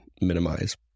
minimize